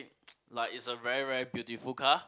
like it's a very very beautiful car